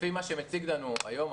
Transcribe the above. לפי מה שמציג לנו האוצר